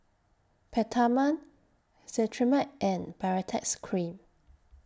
Peptamen Cetrimide and Baritex Cream